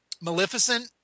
Maleficent